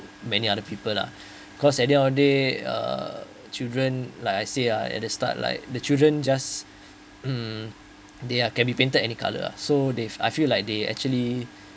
many other people lah cause at the other day uh children like I say uh at the start like the children just mm they are can be painted any color lah so if I feel like they actually